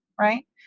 right